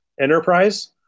Enterprise